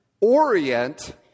orient